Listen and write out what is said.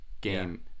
game